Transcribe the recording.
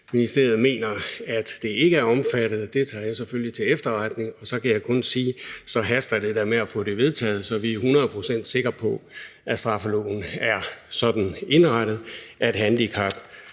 Ministeriet mener, at det ikke er omfattet, og det tager jeg selvfølgelig til efterretning, og så kan jeg kun sige, at så haster det da med at få det vedtaget, så vi er hundrede procent sikre på, at straffeloven er sådan indrettet, at forbrydelser